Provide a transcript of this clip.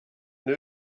new